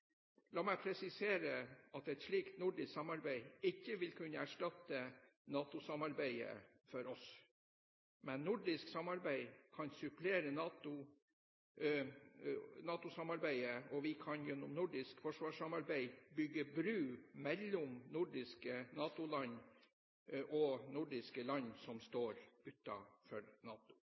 La meg presisere at et slikt nordisk samarbeid ikke vil kunne erstatte NATO-samarbeidet for oss. Men nordisk samarbeid kan supplere NATO-samarbeidet, og vi kan gjennom nordisk forsvarssamarbeid bygge bru mellom nordiske NATO-land og nordiske land som står utenfor NATO.